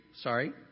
sorry